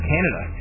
Canada